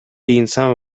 инсан